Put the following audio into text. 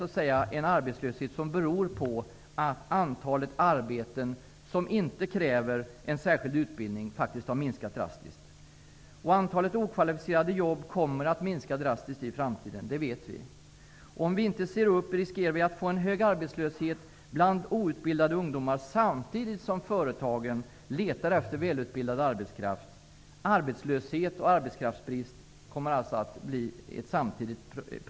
Det är en arbetslöshet som beror på att antalet arbeten som inte kräver en särskild utbildning har minskat drastiskt. Vi vet också att antalet okvalificerade jobb kommer att minska drastiskt även i framtiden. Om vi inte ser upp riskerar vi att få en hög arbetslöshet bland outbildade ungdomar samtidigt som företagen letar efter välutbildad arbetskraft. Vi kommer att få problem med både arbetslöshet och arbetskraftsbrist samtidigt.